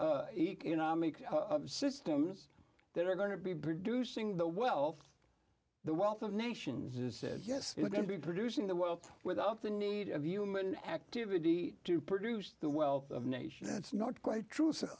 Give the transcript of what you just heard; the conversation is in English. of economic systems that are going to be producing the wealth the wealth of nations is yes it's going to be producing the wealth without the need of human activity to produce the wealth of nations that's not quite true so